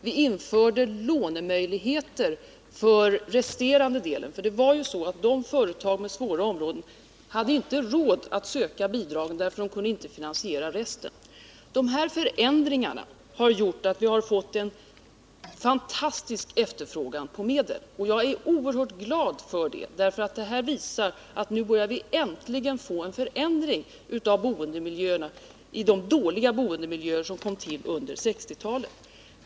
Vi införde lånemöjligheter för den resterande delen, för det var ju så att de företag som har fastigheter i svåra områden inte hade råd att söka bidragen, eftersom de inte kunde finansiera resten av beloppet. De här förändringarna har gjort att vi fått en fantastisk efterfrågan på medel, och jag är mycket glad över det, för detta ger vid handen att nu börjar vi äntligen få en förändring i de dåliga boendemiljöer som kom till under 1960-talet.